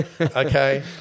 okay